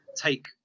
take